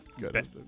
good